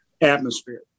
atmosphere